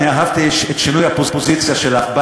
אני אהבתי את שינוי הפוזיציה שלך,